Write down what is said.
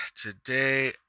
Today